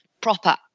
proper